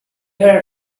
were